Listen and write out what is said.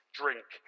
drink